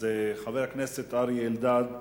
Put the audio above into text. חבר הכנסת אריה אלדד.